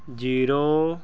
zero